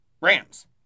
Rams